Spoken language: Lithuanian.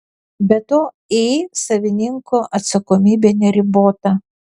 be to iį savininko atsakomybė neribota